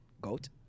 GOAT